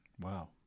Wow